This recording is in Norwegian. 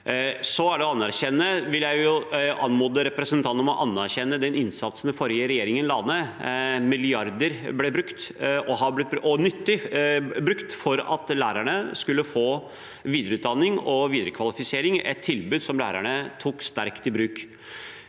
jeg anmode representanten om å anerkjenne den innsatsen den forrige regjeringen la ned. Milliarder ble brukt – og nyttig brukt – for at lærerne skulle få videreutdanning og videre kvalifisering, et tilbud som lærerne tok sterkt i bruk.